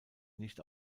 nicht